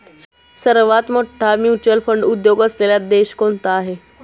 सर्वात मोठा mutual fund उद्योग असलेला देश कोणता आहे?